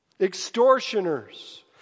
Extortioners